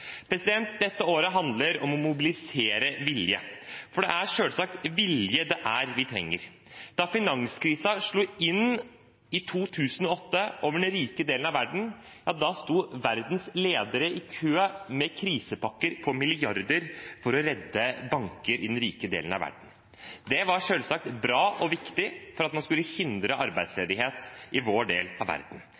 trenger. Da finanskrisen slo inn i 2008 over den rike delen av verden, sto verdens ledere i kø med krisepakker på milliarder for å redde banker i den rike delen av verden. Det var selvsagt bra og viktig for å hindre arbeidsledighet i vår del av verden.